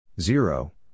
zero